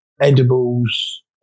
edibles